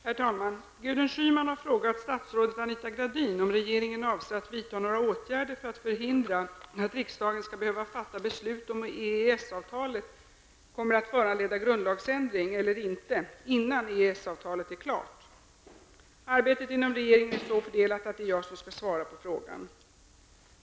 Herr talman! Gudrun Schyman har frågat statsrådet Anita Gradin om regeringen avser att vidta några åtgärder för att förhindra att riksdagen skall behöva fatta beslut om EES-avtalet kommer att föranleda grundlagsändring eller inte innan EES-avtalet är klart. Arbetet inom regeringen är så fördelat att det är jag som skall svara på frågan.